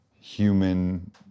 human